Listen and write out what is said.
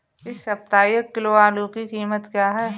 इस सप्ताह एक किलो आलू की कीमत क्या है?